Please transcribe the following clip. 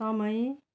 समय